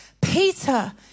Peter